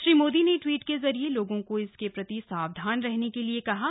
श्री मोदी ने ट्वीट के जरिए लोगों को इसके प्रति सावधान रहने को कहा है